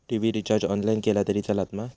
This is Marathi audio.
टी.वि रिचार्ज ऑनलाइन केला तरी चलात मा?